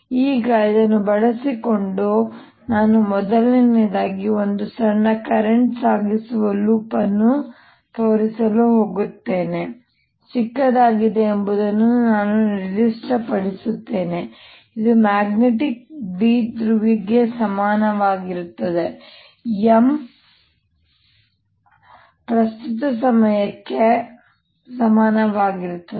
ಈಗ ಇದನ್ನು ಬಳಸಿಕೊಂಡು ನಾವು ಮೊದಲು ಸಂಖ್ಯೆ 1 ಒಂದು ಸಣ್ಣ ಕರೆಂಟ್ ಸಾಗಿಸುವ ಲೂಪ್ ಅನ್ನು ತೋರಿಸಲು ಹೋಗುತ್ತೇವೆ ಚಿಕ್ಕದಾಗಿದೆ ಎಂಬುದನ್ನು ನಾನು ನಿರ್ದಿಷ್ಟಪಡಿಸುತ್ತೇನೆ ಇದು ಮ್ಯಾಗ್ನೆಟಿಕ್ ದ್ವಿಧ್ರುವಿಗೆ ಸಮನಾಗಿರುತ್ತದೆ m ಪ್ರಸ್ತುತ ಸಮಯಕ್ಕೆ ಸಮಾನವಾಗಿರುತ್ತದೆ